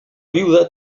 viuda